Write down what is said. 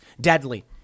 Deadly